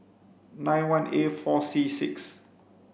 nine one A four C six